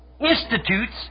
institutes